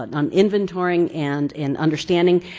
but on inventorying and in understanding,